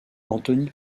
anthony